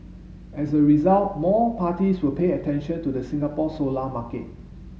as a result more parties will pay attention to the Singapore solar market